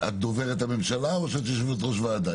את דוברת הממשלה או שאת יושבת ראש ועדה?